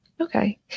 Okay